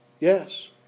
Yes